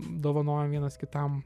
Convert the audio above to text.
dovanojam vienas kitam